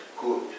good